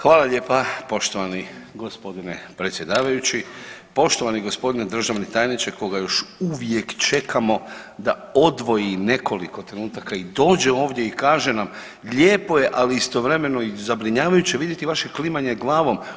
Hvala lijepa poštovani g. predsjedavajući, poštovani g. državni tajniče koga još uvijek čekamo da odvoji nekoliko trenutaka i dođe ovdje i kaže nam, lijepo je, ali istovremeno i zabrinjavajuće vidjeti vaše klimanje glavom.